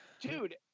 Dude